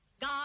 God